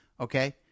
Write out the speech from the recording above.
Okay